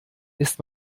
ist